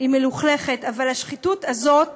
היא מלוכלכת, אבל השחיתות הזאת